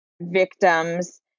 victims